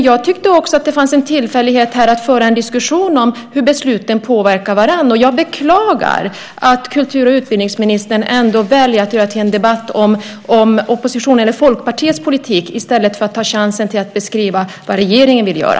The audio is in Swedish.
Jag tyckte också att det fanns en tillfällighet att föra en diskussion här om hur besluten påverkar varandra. Jag beklagar att kultur och utbildningsministern ändå väljer att göra detta till en debatt om Folkpartiets politik i stället för att ta chansen att beskriva vad regeringen vill göra.